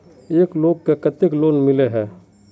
एक लोग को केते लोन मिले है?